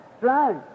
right